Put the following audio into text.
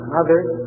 others